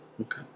Okay